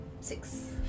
Six